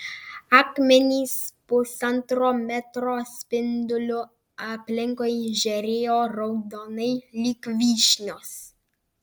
akmenys pusantro metro spinduliu aplinkui žėrėjo raudonai lyg vyšnios